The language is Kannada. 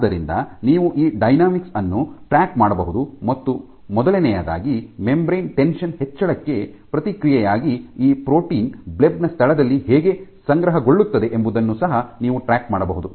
ಆದ್ದರಿಂದ ನೀವು ಈ ಡೈನಾಮಿಕ್ಸ್ ಅನ್ನು ಟ್ರ್ಯಾಕ್ ಮಾಡಬಹುದು ಮತ್ತು ಮೊದಲನೆಯದಾಗಿ ಮೆಂಬರೇನ್ ಟೆನ್ಷನ್ ಹೆಚ್ಚಳಕ್ಕೆ ಪ್ರತಿಕ್ರಿಯೆಯಾಗಿ ಈ ಪ್ರೋಟೀನ್ ಬ್ಲೆಬ್ ನ ಸ್ಥಳದಲ್ಲಿ ಹೇಗೆ ಸಂಗ್ರಹಗೊಳ್ಳುತ್ತದೆ ಎಂಬುದನ್ನು ಸಹ ನೀವು ಟ್ರ್ಯಾಕ್ ಮಾಡಬಹುದು